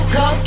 go